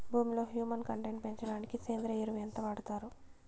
భూమిలో humus content పెంచడానికి సేంద్రియ ఎరువు ఎంత వాడుతారు